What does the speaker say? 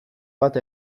bat